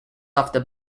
after